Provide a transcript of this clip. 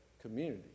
community